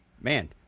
Man